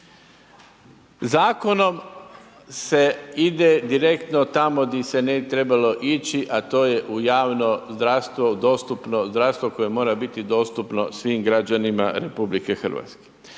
Zakonom se ide direktno tamo di se ne bi trebalo ići, a to je u javno zdravstvo, u dostupno zdravstvo koje mora biti dostupno svim građanima RH.